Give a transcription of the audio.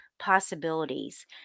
possibilities